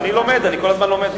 ואני לומד, אני כל הזמן לומד.